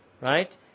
right